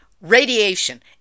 Radiation